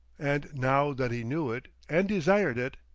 and now that he knew it and desired it,